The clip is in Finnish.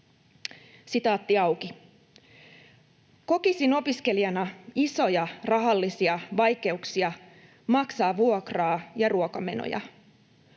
itseni hengissä.” ”Kokisin opiskelijana isoja rahallisia vaikeuksia maksaa vuokraa ja ruokamenoja.